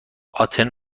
آتن